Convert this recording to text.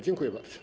Dziękuję bardzo.